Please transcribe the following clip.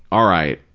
all right,